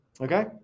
Okay